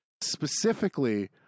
specifically